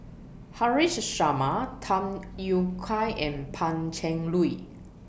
Haresh Sharma Tham Yui Kai and Pan Cheng Lui